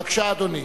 בבקשה, אדוני.